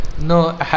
No